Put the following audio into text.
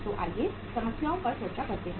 तो आइए समस्याओं पर चर्चा करते हैं